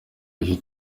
y’iki